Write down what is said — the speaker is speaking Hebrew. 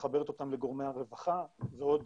שמחברת אותם לגורמי הרווחה ועוד